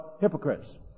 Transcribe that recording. hypocrites